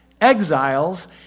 exiles